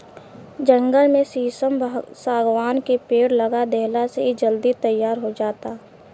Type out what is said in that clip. जंगल में शीशम, शागवान के पेड़ लगा देहला से इ जल्दी तईयार हो जाता